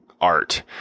art